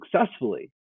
successfully